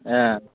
ए